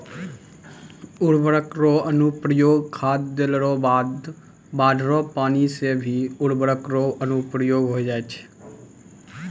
उर्वरक रो अनुप्रयोग खाद देला रो बाद बाढ़ रो पानी से भी उर्वरक रो अनुप्रयोग होय जाय छै